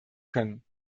können